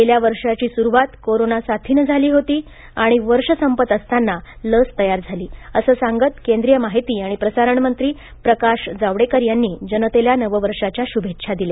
गेल्या वर्षाची सुरुवात कोरोना साथीनं झाली होती आणि वर्ष संपत असताना लस तयार झाली असं सांगत केंद्रीय माहिती आणि प्रसारण मंत्री प्रकाश जावडेकर जनतेला नव वर्षाच्या शुभेच्छा दिल्या